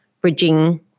bridging